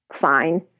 fine